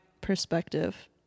perspective